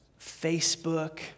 Facebook